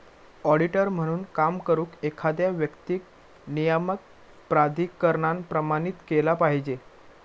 auditor म्हणून काम करुक, एखाद्या व्यक्तीक नियामक प्राधिकरणान प्रमाणित केला पाहिजे